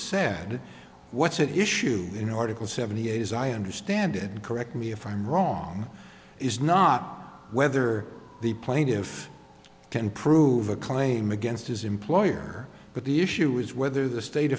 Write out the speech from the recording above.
said what's at issue in article seventy eight as i understand it and correct me if i'm wrong is not whether the plaintiff can prove a claim against his employer but the issue is whether the state